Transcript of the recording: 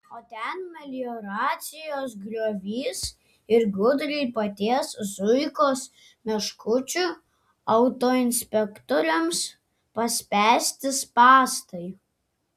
o ten melioracijos griovys ir gudriai paties zuikos meškučių autoinspektoriams paspęsti spąstai